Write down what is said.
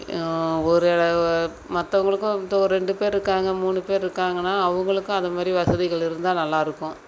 ஒரு மற்றவங்களுக்கும் வந்து ஒரு ரெண்டு பேர் இருக்காங்க மூணு பேர் இருக்காங்கன்னால் அவர்களுக்கும் அந்த மாதிரி வசதிகள் இருந்தால் நல்லா இருக்கும்